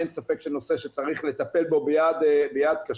אין ספק שזה נושא שצריך לטפל בו ביד קשה,